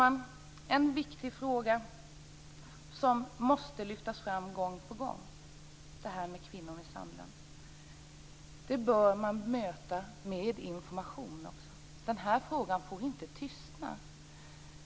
Den viktiga frågan om kvinnomisshandel, som gång på gång måste lyftas, bör man möta med information. Frågan får inte tystna.